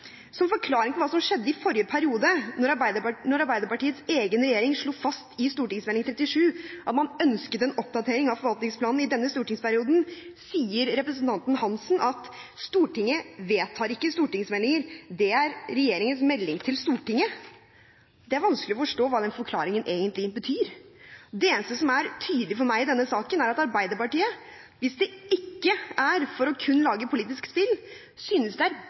Som forklaring på hva som skjedde i forrige periode, da Arbeiderpartiets egen regjering slo fast i St.meld. nr. 37 for 2008–2009 at man ønsket en oppdatering av forvaltningsplanen i denne stortingsperioden, sier representanten Hansen at Stortinget ikke vedtar stortingsmeldinger, at det er regjeringens melding til Stortinget. Det er vanskelig å forstå hva den forklaringen egentlig betyr. Det eneste som er tydelig for meg i denne saken, er at Arbeiderpartiet, hvis det ikke er for kun å lage politisk spill, synes det